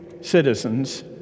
citizens